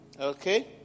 Okay